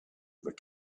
their